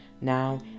Now